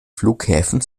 flughäfen